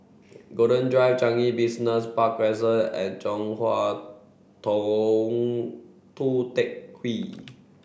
Golden Drive Changi Business Park Crescent and Chong Hua Tong Tou Teck Hwee